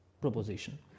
proposition